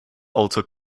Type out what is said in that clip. also